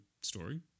story